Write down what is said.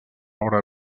obra